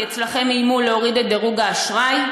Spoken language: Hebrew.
כי אצלכם איימו להוריד את דירוג האשראי,